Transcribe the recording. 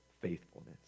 faithfulness